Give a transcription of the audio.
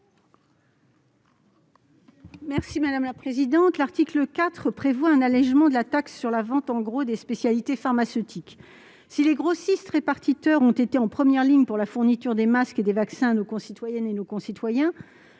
sur l'article. L'article 4 prévoit un allégement de la taxe sur la vente en gros des spécialités pharmaceutiques. Si les grossistes-répartiteurs ont été en première ligne pour la fourniture des masques et des vaccins à nos concitoyens, le Gouvernement